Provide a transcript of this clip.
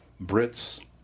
Brits